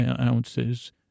ounces